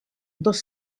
dos